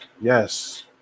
Yes